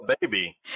baby